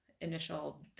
initial